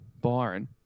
Byron